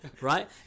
Right